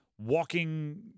walking